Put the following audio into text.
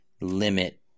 limit